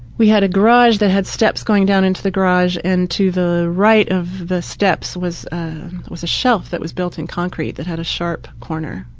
we had a garage that had steps going down into the into the right of the steps was was a shelf that was built in concrete that had a sharp corner.